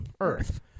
Earth